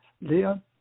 Leon